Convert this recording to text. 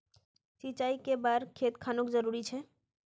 सिंचाई कै बार खेत खानोक जरुरी छै?